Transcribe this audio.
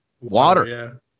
water